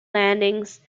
landings